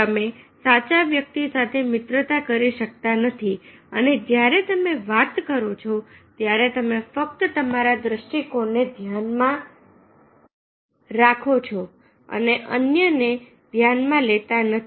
તમે સાચા વ્યક્તિ સાથે મિત્રતા કરી શકતા નથી અને જ્યારે તમે વાત કરો છો ત્યારે તમે ફક્ત તમારા દૃષ્ટિકોણને ધ્યાનમાં ઓછો અને અન્યને ધ્યાનમાં લેતા નથી